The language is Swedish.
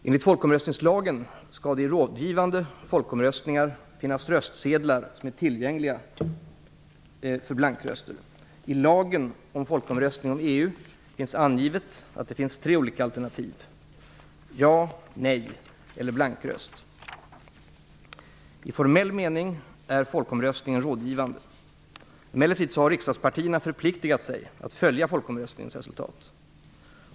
Enligt folkomröstningslagen skall det i rådgivande folkomröstningar finnas röstsedlar tillgängliga för blankröster. I lagen om folkomröstning om EU finns angivet att det finns tre olika alternativ - ja, nej eller blankröst. I formell mening är folkomröstningen rådgivande. Emellertid har riksdagspartierna förpliktigat sig att följa folkomröstningens resultat.